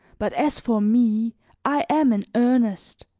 but as for me i am in earnest.